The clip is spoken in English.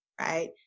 right